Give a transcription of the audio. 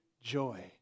joy